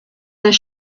their